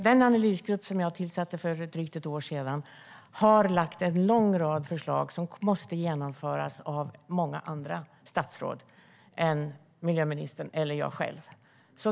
Den analysgrupp som jag tillsatte för drygt ett år sedan har lagt fram en lång rad förslag som måste genomföras av många andra statsråd än miljöministern eller mig själv.